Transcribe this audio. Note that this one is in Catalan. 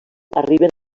arriben